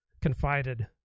confided